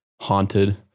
haunted